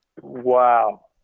Wow